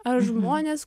ar žmonės